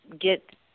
get